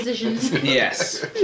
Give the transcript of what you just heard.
Yes